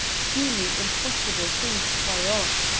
puny impossible things far off,